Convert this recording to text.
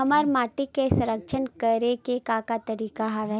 हमर माटी के संरक्षण करेके का का तरीका हवय?